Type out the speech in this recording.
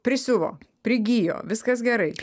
prisiuvo prigijo viskas gerai